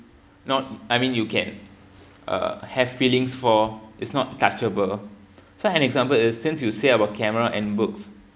not I mean you can uh have feelings for it's not touchable so an example is since you say about camera and books